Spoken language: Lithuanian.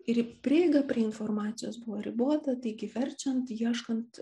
ir prieiga prie informacijos buvo ribota taigi verčiant ieškant